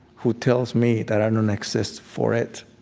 who tells me that i don't exist for it,